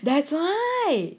that's why